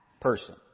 person